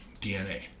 DNA